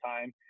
time